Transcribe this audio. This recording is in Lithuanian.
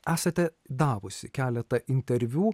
esate davusi keletą interviu